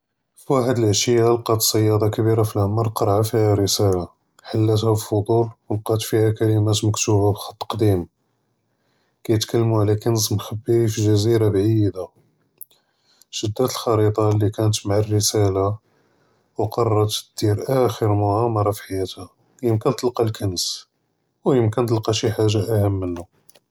פאחד אלעשיה לאקת צאידה כבירה פי אלעמר קראעה פיהא רסאלה, חלתה בفضול ולאקת פיהא קלמאת מכתובה בכת קדם, כיתכּלמו עלא כנעז מחבי פי ג’זירה בעידה, שדות אלח’ריטה לקנת מע אלרסאלה וקררת דיר אחר מגע’מרה פי חיאתה ימקין תלכא אלכנעז, וימקין תלכא שי חאג׳ה אהם מינוה.